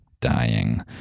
dying